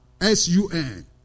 S-U-N